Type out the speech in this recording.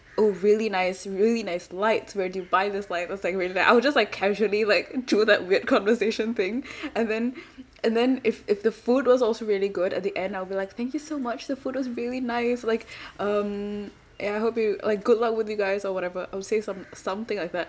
oh really nice really nice lights where did you buy these light that's like really nice I will just like casually like do that weird conversation thing and then and then if if the food was also really good at the end I'll be like thank you so much the food was really nice like um and I hope you like good luck with you guys or whatever I will say some something like that